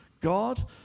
God